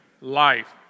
life